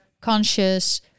conscious